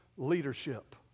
leadership